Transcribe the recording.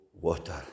water